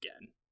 again